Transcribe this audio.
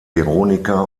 veronika